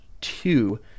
two